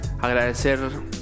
Agradecer